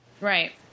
Right